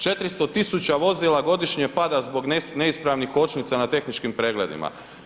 400 tisuća vozila godišnje pada zbog neispravnih kočnica na tehničkim pregledima.